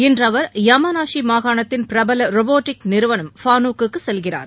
இன்று அவர் யாமாநாஷி மாகாணத்தின் பிரபல ரொபாட்டிக் நிறுவனம் ஃபானுக்குக்கு செல்கிறார்